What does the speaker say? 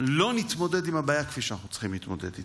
לא נתמודד עם הבעיה כפי שאנחנו צריכים להתמודד איתה.